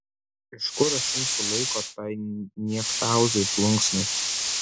iš kur aš imsiu laiko tai niektauzai plunksnai